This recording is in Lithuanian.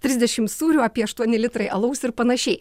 trisdešim sūrių apie aštuoni litrai alaus ir panašiai